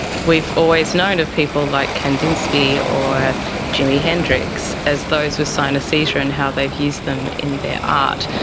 we've always known of people like kandinsky or jimmy hendrix as those with synaesthesia, and how they've used them in their art.